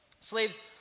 Slaves